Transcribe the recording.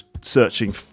searching